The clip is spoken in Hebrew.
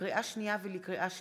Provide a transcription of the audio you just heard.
לקריאה שנייה ולקריאה שלישית,